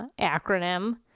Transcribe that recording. acronym